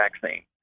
vaccine